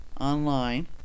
online